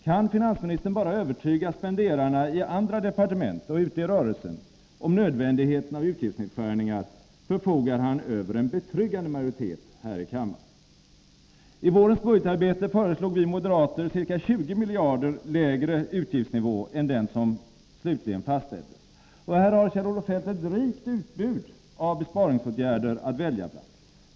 Kan finansministern bara övertyga spenderarna i andra departement och ute i rörelsen om nödvändigheten av utgiftsnedskärningar förfogar han över en betryggande majoritet här i kammaren. I vårens budgetarbete föreslog vi moderater ca 20 miljarder lägre utgiftsnivå än den som slutligen fastställdes. Och där har Kjell-Olof Feldt ett rikt utbud av besparingsåtgärder att välja bland.